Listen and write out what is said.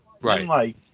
Right